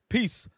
Peace